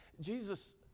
Jesus